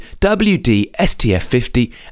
WDSTF50